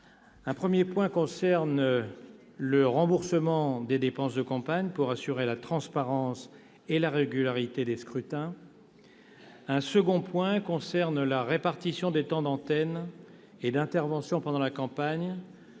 un premier point concerne le remboursement des dépenses de campagne, pour assurer la transparence et la régularité des scrutins ; un second point concerne la répartition des temps d'antenne et d'intervention pendant la campagne,